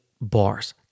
bars